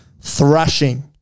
thrashing